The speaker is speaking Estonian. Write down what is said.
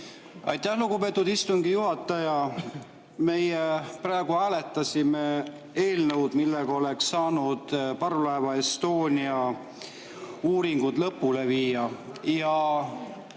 Aitäh, lugupeetud istungi juhataja! Meie praegu hääletasime [ettepanekut], millega oleks saanud parvlaeva Estonia uuringud lõpule viia.